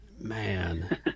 Man